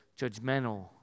judgmental